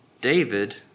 David